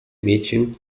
mädchen